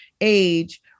age